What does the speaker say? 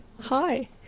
Hi